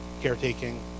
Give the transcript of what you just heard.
caretaking